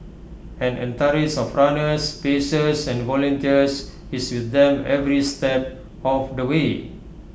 an entourage of runners pacers and volunteers is with them every step of the way